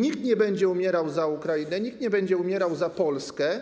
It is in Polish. Nikt nie będzie umierał za Ukrainę, nikt nie będzie umierał za Polskę,